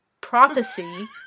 prophecy